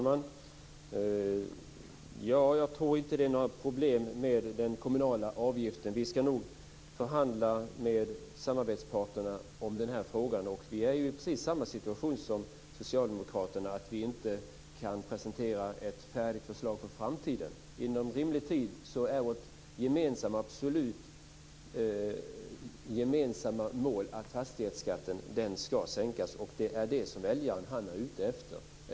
Fru talman! Jag tror inte att det är några problem med den kommunala avgiften. Vi ska nog förhandla med samarbetsparterna om den här frågan. Vi är i precis samma situation som socialdemokraterna. Vi kan inte presentera ett färdigt förslag för framtiden. Inom rimlig tid är vårt gemensamma mål att fastighetskatten ska sänkas, och det är det som väljarna är ute efter.